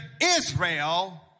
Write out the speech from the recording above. Israel